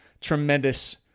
tremendous